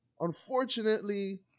Unfortunately